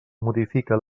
modifica